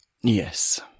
Yes